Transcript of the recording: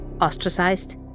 ostracized